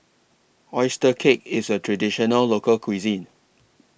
Oyster Cake IS A Traditional Local Cuisine